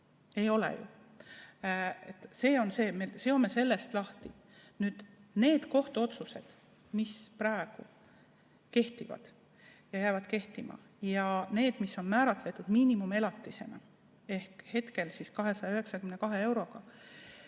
seome ta sellest lahti. Need kohtuotsused, mis praegu kehtivad ja jäävad kehtima, ja need, mis on määratletud miinimumelatisega ehk 292 euroga,